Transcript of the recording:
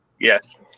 Yes